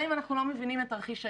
אלא אם אנחנו לא מבינים את תרחיש הייחוס.